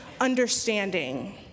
understanding